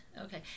Okay